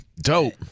Dope